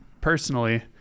personally